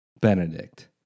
Benedict